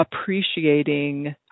appreciating